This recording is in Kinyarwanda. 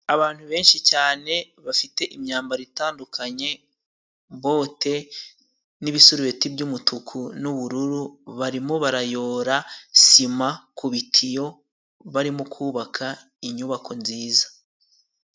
Abantu benshi cyane bafite imyambaro itandukanye, bote n'ibisurubeti by'umutuku n'ubururu, barimo barayobora sima ku bitiyo, barimo kubaka inyubako nziza.